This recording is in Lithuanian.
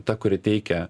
ta kuri teikia